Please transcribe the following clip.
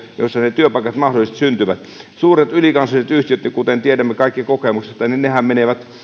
joissa ne työpaikat mahdollisesti syntyvät nimenomaan ovat näitä pieniä yrityksiä suuret ylikansalliset yhtiöthän kuten tiedämme kaikki kokemuksesta